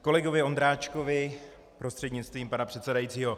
Ke kolegovi Ondráčkovi prostřednictvím pana předsedajícího.